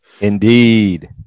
Indeed